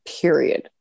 period